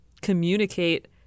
communicate